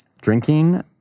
drinking